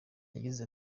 yagize